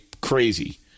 crazy